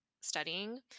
studying